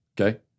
okay